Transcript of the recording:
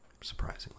surprisingly